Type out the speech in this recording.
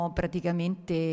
praticamente